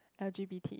L_G_B_T